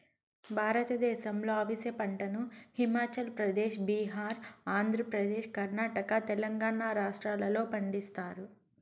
భారతదేశంలో అవిసె పంటను హిమాచల్ ప్రదేశ్, బీహార్, ఆంధ్రప్రదేశ్, కర్ణాటక, తెలంగాణ రాష్ట్రాలలో పండిస్తారు